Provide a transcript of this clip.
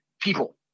people